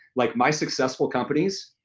like my successful companies,